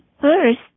first